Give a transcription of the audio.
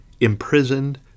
imprisoned